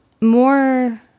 more